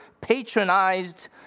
patronized